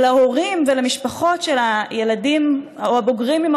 אבל להורים ולמשפחות של הילדים או הבוגרים עם